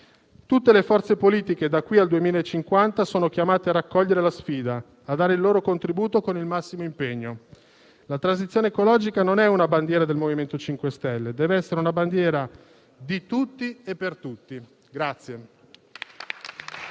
Tutte le forze politiche da qui al 2050 sono chiamate a raccogliere la sfida, a dare il loro contributo con il massimo impegno. La transizione ecologica non è una bandiera del MoVimento 5 Stelle, deve essere una bandiera di tutti e per tutti